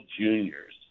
Juniors